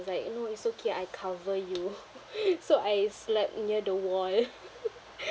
is like you know it's okay I cover you so I slept near the wall